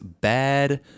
Bad